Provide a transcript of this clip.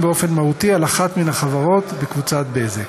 באופן מהותי על אחת מן החברות בקבוצת "בזק".